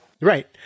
right